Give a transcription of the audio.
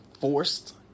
forced